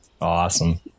Awesome